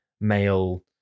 male